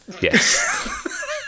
Yes